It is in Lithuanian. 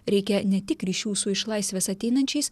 reikia ne tik ryšių su iš laisvės ateinančiais